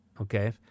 Okay